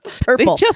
purple